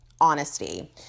honesty